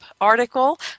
article